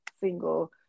single